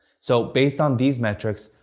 so based on these metrics,